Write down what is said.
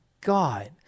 God